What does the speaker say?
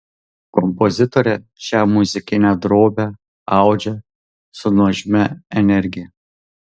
kompozitorė šią muzikinę drobę audžia su nuožmia energija